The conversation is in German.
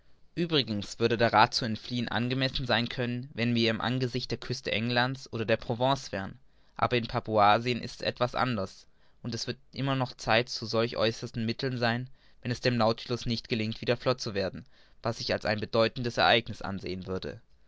uebrigens würde der rath zu entfliehen angemessen sein können wenn wir im angesicht der küste englands oder der provence wären aber in papuasien ist's etwas anders und es wird immer noch zeit zu solch einem äußersten mittel sein wenn es dem nautilus nicht gelingt wieder flott zu werden was ich als ein bedeutendes ereigniß ansehen würde